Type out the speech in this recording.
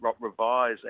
revise